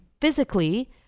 physically